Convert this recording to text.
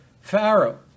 Pharaoh